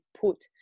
put